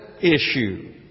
issue